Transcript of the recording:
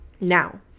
Now